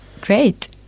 Great